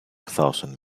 thousand